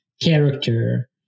character